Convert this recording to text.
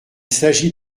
s’agit